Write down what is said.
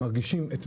יש